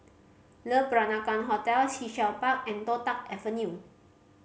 Le Peranakan Hotel Sea Shell Park and Toh Tuck Avenue